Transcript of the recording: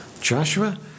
Joshua